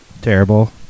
Terrible